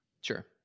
Sure